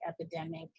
epidemic